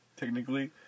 technically